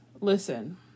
Listen